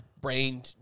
brain